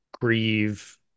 grieve